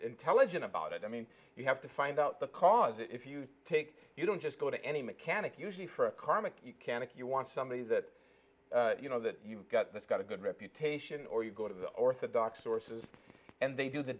intelligent about it i mean you have to find out the cause if you take you don't just go to any mechanic usually for a comic you can if you want somebody that you know that you've got that's got a good reputation or you go to the orthodox sources and they do the